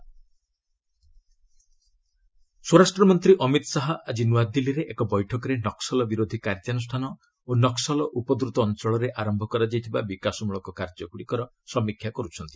HM meeting ସ୍ୱରାଷ୍ଟ୍ରମନ୍ତ୍ରୀ ଅମିତ ଶାହା ଆଜି ନୂଆଦିଲ୍ଲୀରେ ଏକ ବୈଠକରେ ନକ୍କଲ ବିରୋଧୀ କାର୍ଯ୍ୟାନୁଷ୍ଠାନ ଓ ନକ୍କଲ ଉପଦ୍ରତ ଅଞ୍ଚଳରେ ଆରମ୍ଭ କରାଯାଇଥିବା ବିକାଶମୂଳକ କାର୍ଯ୍ୟଗୁଡ଼ିକର ସମୀକ୍ଷା କରୁଛନ୍ତି